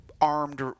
armed